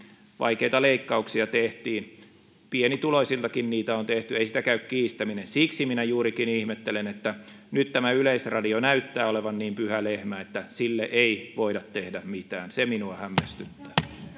vaikeita leikkauksia tehtiin pienituloisiltakin niitä on tehty ei sitä käy kiistäminen siksi minä juurikin ihmettelen että nyt tämä yleisradio näyttää olevan niin pyhä lehmä että sille ei voida tehdään mitään se minua hämmästyttää